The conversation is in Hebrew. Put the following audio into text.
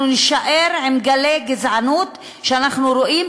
אנחנו נישאר עם גלי גזענות שאנחנו רואים